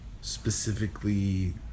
specifically